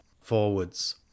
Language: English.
forwards